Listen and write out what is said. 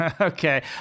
Okay